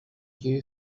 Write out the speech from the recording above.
you